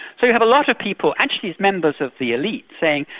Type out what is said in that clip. so you have a lot of people actually members of the elite saying,